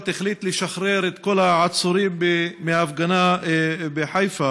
החליט לשחרר את כל העצורים מההפגנה בחיפה,